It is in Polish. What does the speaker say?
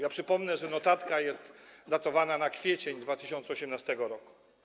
Ja przypomnę, że notatka jest datowana na kwiecień 2018 r.